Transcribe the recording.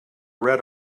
read